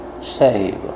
save